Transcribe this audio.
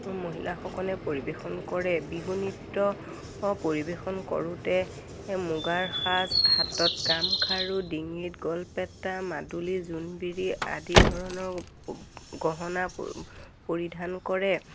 মহিলাসকলে পৰিৱেশন কৰে বিহু নৃত্য পৰিৱেশন কৰোঁতে মুগাৰ সাজ হাতত গামখাৰু ডিঙিত গলপেটা মাদুলী জোনবিৰি আদি ধৰণৰ গহনা পৰিধান কৰে